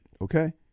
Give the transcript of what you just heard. okay